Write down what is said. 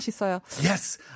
Yes